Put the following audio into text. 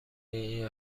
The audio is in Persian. این